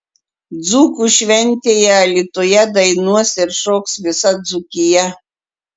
dzūkų šventėje alytuje dainuos ir šoks visa dzūkija